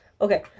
Okay